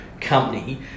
company